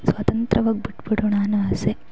ಸ್ವತಂತ್ರವಾಗಿ ಬಿಟ್ಟುಬಿಡೋಣ ಅನ್ನೋ ಆಸೆ